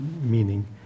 meaning